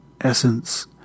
essence